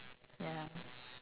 ya